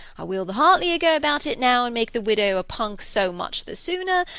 i will the heartlier go about it now, and make the widow a punk so much the sooner,